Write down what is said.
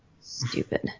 Stupid